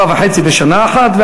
4.5 בשנה אחת,